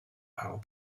power